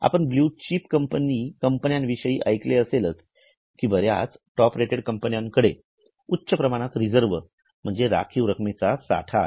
आपण blue chip कंपन्यांविषयी ऐकले असेलच की बर्याच टॉप रेटेड कंपन्यांकडे उच्च प्रमाणात रिजर्व म्हणजे राखीव रक्कमेचा साठा आहे